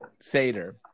Seder